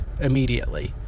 immediately